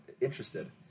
interested